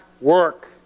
work